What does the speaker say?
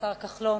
השר כחלון,